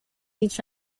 each